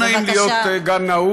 בבקשה.